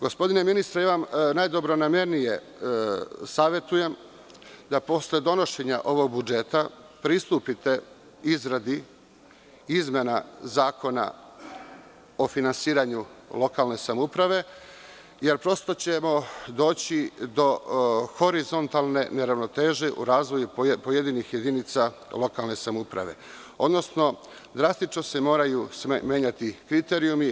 Gospodine ministre, najdobronamernije vam savetujem da posle donošenja ovog budžeta pristupite izradi izmena Zakona o finansiranju lokalne samouprave, jer prosto ćemo doći do horizontalne neravnoteže u razvoju pojedinih jedinica lokalne samouprave, odnosno, drastično se moraju menjati kriterijumi.